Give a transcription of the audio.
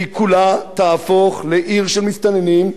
כולה תהפוך לעיר של מסתננים,